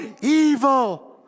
evil